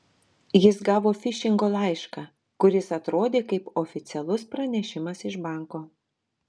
jis gavo fišingo laišką kuris atrodė kaip oficialus pranešimas iš banko